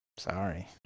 sorry